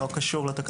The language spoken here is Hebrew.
זה לא קשור לתקנות.